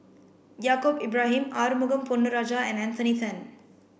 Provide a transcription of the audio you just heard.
Yaacob Ibrahim Arumugam Ponnu Rajah and Anthony Then